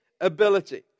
ability